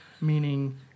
meaning